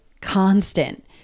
constant